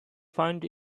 find